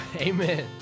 Amen